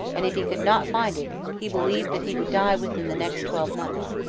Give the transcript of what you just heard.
and if he could not find it, he believed that he would die within the next twelve months.